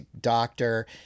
doctor